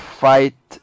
fight